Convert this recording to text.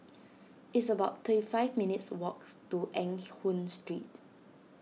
it's about thirty five minutes' walks to Eng Hoon Street